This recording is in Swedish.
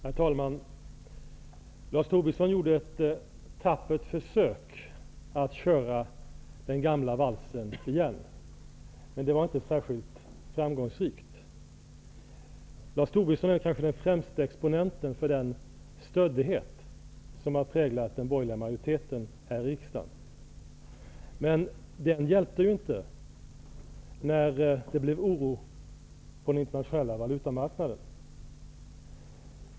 Herr talman! Lars Tobisson gjorde ett tappert försök att köra den gamla valsen igen, men det var inte särskilt framgångsrikt. Lars Tobisson är kanske den främste exponenten för den stöddighet som har präglat den borgerliga majoriteten här i riksdagen. Men den hjälpte ju inte när det blev oro på den internationella valutamarknaden.